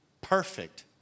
perfect